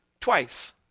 twice